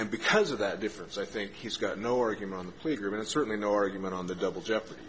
and because of that difference i think he's got no argument on the plea agreement certainly no argument on the double jeopardy